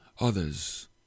others